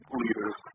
leaders